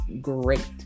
great